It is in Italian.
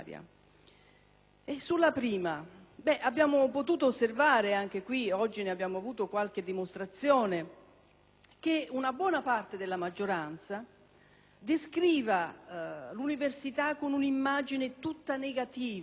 il primo, abbiamo potuto osservare - anche qui oggi ne abbiamo avuto qualche dimostrazione - che una buona parte della maggioranza descrive l'università con un'immagine tutta negativa,